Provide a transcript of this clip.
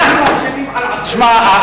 אנחנו אשמים על עצמנו.